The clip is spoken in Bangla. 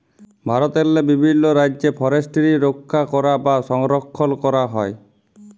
ভারতেরলে বিভিল্ল রাজ্যে ফরেসটিরি রখ্যা ক্যরা বা সংরখ্খল ক্যরা হয়